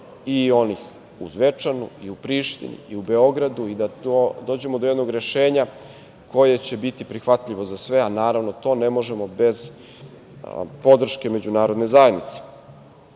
i onih u Zvečanu, u Prištini i u Beogradu i da dođemo do jednog rešenja koje će biti prihvatljivo za sve, a naravno to ne možemo bez podrške međunarodne zajednice. Upravo